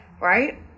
Right